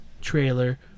trailer